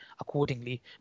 accordingly